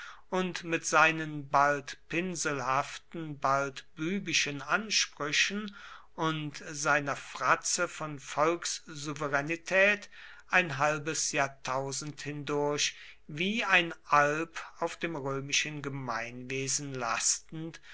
und mit seinen bald pinselhaften bald bübischen ansprüchen und seiner fratze von volkssouveränität ein halbes jahrtausend hindurch wie ein alp auf dem römischen gemeinwesen lastend